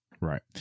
Right